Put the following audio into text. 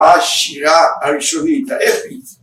‫השירה הראשונית האפית.